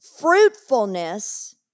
fruitfulness